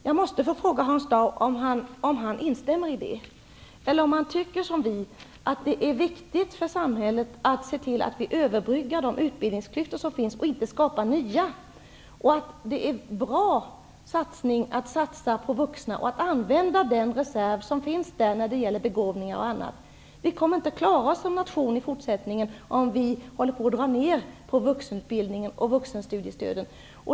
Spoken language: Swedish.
Jag måste fråga Hans Dau om han instämmer i det, eller om han tycker som vi, dvs. att det är viktigt för samhället att se till att överbrygga de utbildningsklyftor som finns och att inte skapa nya. Det är bra med en satsning på vuxna och att använda den reserv som finns när det gäller begåvningar och annat. Vi kommer inte att klara oss som nation i fortsättningen om vi drar ner på vuxenutbildningen och vuxenstudiestödet.